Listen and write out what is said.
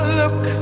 look